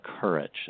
courage